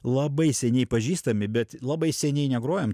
labai seniai pažįstami bet labai seniai negrojom